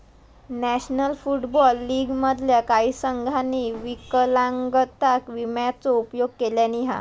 national football league मधल्या काही संघांनी विकलांगता विम्याचो उपयोग केल्यानी हा